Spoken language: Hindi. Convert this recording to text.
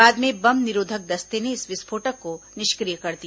बाद में बम निरोधक दस्ते ने इस विस्फोटक को निष्क्रिय कर दिया